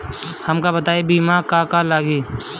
हमका बताई बीमा ला का का लागी?